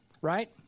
right